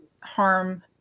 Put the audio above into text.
harm